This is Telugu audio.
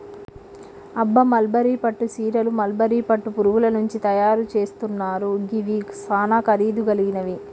అబ్బ మల్బరీ పట్టు సీరలు మల్బరీ పట్టు పురుగుల నుంచి తయరు సేస్తున్నారు గివి సానా ఖరీదు గలిగినవి